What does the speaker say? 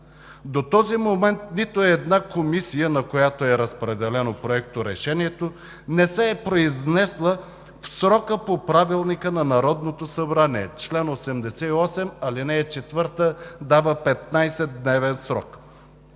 До този момент нито една комисия, на която е разпределено Проекторешението, не се е произнесла в срока по Правилника на Народното събрание – чл. 88, ал. 4 дава 15-дневен срок.